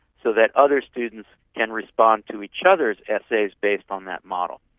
so that other students can respond to each other's essays based on that model.